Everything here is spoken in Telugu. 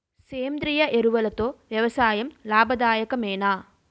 సేంద్రీయ ఎరువులతో వ్యవసాయం లాభదాయకమేనా?